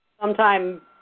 Sometime